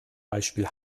beispiel